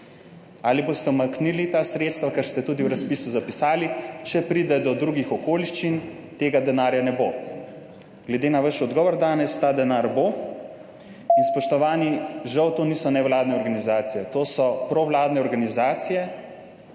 Ali boste umaknili ta sredstva? Ker ste tudi v razpisu zapisali: »Če pride do drugih okoliščin, tega denarja ne bo.« Glede na vaš odgovor danes ta denar bo. In spoštovani, žal, to niso nevladne organizacije, to so provladne organizacije,